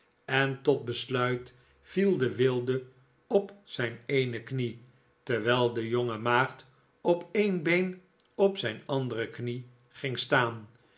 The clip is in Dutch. en tot besluit viel de wilde op zijn eene knie terwijl de jonge maagd op een been op zijn andere knie ging staan